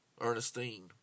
Ernestine